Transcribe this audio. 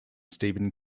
stephen